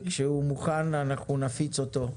כשהוא יהיה מוכן נפיץ אותו.